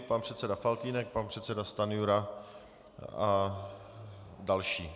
Pan předseda Faltýnek, pan předseda Stanjura, a další.